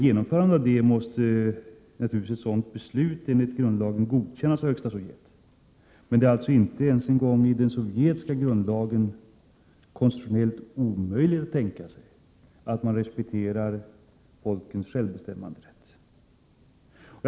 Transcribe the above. Genomförandet av ett sådant beslut måste naturligtvis enligt grundlagen godkännas av Högsta Sovjet. Men det är alltså inte ens i den sovjetiska grundlagen konstitutionellt omöjligt att tänka sig att man respekterar folkens självbestämmanderätt.